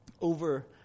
over